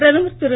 பிரதமர் திரு